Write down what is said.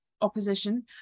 opposition